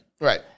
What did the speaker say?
Right